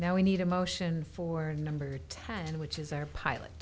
now we need a motion for number ten which is our pilot